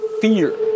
Fear